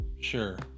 sure